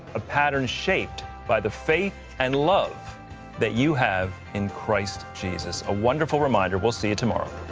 ah pattern shaped by the faith and love that you have in christ jesus. a wonderful reminder. we'll see you tomorrow.